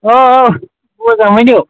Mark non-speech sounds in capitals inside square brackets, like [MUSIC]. آ آ [UNINTELLIGIBLE] چھُس بوزان ؤنِو